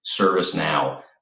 ServiceNow